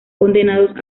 condenados